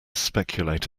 speculate